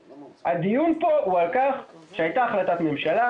הדיון פה הוא על כך שהייתה החלטת ממשלה,